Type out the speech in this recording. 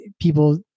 people